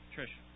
Trish